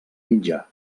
mitjà